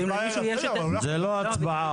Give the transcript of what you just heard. זאת לא הצבעה.